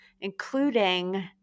including